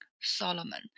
Solomon